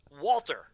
walter